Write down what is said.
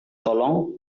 tolong